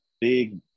big